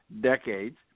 decades